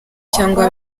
cyangwa